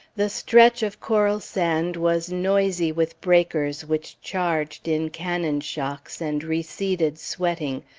the stretch of coral sand was noisy with breakers which charged in cannon-shocks and receded sweating,